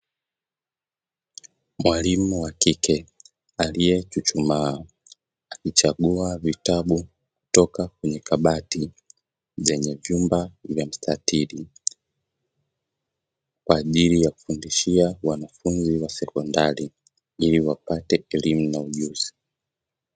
Mwalimu wa kike aliechuchumaa, akichagua vitabu kutoka kwenye kabati lenye vyumba vya mstatili, kwa ajili ya kufundishia wanafunzi wa sekondari ili wapate elimu na ujuzi.